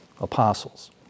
Apostles